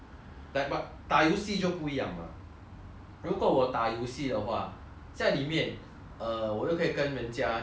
如果我打游戏的话在里面 err 我又可以跟人家讲话在里面又可以做一些